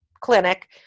clinic